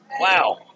Wow